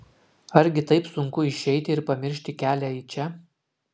argi taip sunku išeiti ir pamiršti kelią į čia